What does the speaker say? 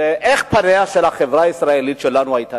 איך פניה של החברה הישראלית שלנו היו נראים?